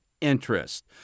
interest